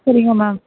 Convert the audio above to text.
சரிங்க மேம்